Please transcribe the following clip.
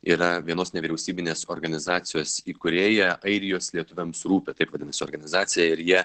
yra vienos nevyriausybinės organizacijos įkūrėja airijos lietuviams rūpi taip vadinasi organizacija ir jie